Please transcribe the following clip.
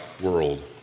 world